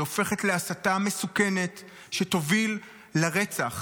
היא הופכת להסתה מסוכנת שתוביל לרצח